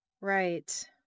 Right